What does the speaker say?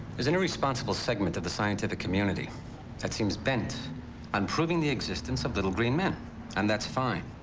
there's an irresponsible segment of the scientific community that seems bent on proving the existence of little green men and that's fine.